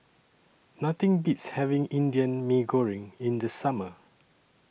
Nothing Beats having Indian Mee Goreng in The Summer